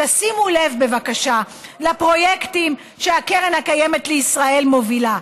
תשימו לב בבקשה לפרויקטים שהקרן הקיימת לישראל מובילה.